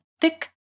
thick